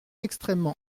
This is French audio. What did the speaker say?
extrêmement